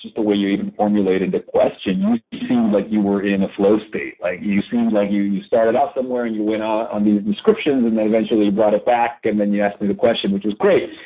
the way you even formulated the question, you seemed like you were in a flow state. like you seemed like you you started off somewhere and you went on these descriptions, and then eventually brought it back and then you asked me the question, which was great.